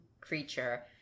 creature